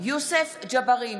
איתן גינזבורג,